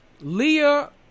Leah